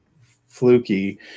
fluky